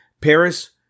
Paris